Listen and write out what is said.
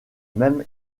même